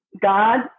God